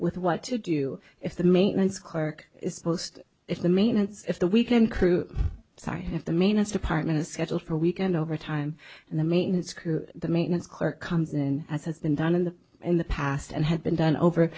with what to do if the maintenance clerk is post if the maintenance if the weekend crew sorry if the main us department a schedule for weekend overtime and the maintenance crew the maintenance clerk comes in as has been done in the in the past and had been done over